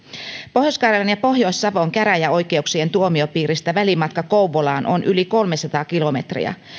pohjois karjalan ja pohjois savon käräjäoikeuksien tuomiopiiristä välimatka kouvolaan on yli kolmesataa kilometriä